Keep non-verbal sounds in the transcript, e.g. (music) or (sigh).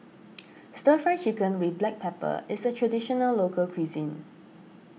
(noise) Stir Fry Chicken with Black Pepper is a Traditional Local Cuisine